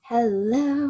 Hello